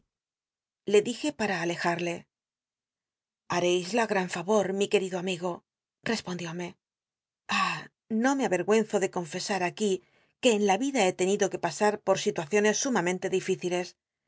le dije para alejarle haréisla gran favor mi querido amigo respondióme ah no me avergiienzo de confesar aquí que en la vida he tenido que pasar por situaciones sumamente difíciles